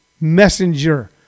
Messenger